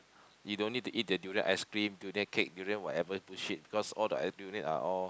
you don't need to eat the durian ice cream durian cake durian whatever bullshit because all the durian are all